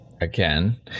again